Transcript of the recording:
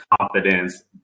confidence